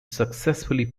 successfully